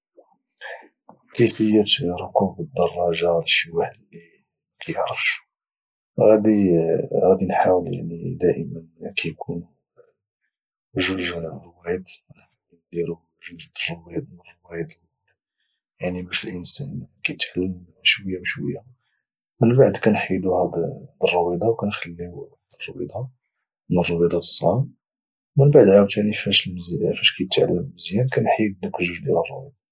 كيفيه ركوب الدراجه لشي واحد اللي ما كايعرفش غادي غادي نحاول يعني دائما كايكونوا جوج الروايض غنحاول نديروا جوج د الرويضه اللور يعني باش الانسان كيتعلم شويه بشويه من بعد كنحيدوا هذه الرويضه وكانخليوا واحد الرويضه من الرويضات الصغار ومن بعد عاوتاني فاش المزيان كنحيد دوك جوج ديال الروايض